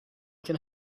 can